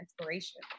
Inspiration